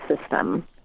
system